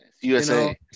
USA